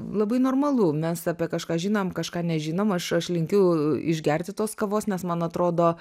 labai normalu mes apie kažką žinom kažką nežinom aš linkiu išgerti tos kavos nes man atrodo